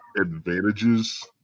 advantages